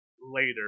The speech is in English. later